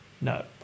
No